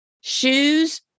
shoes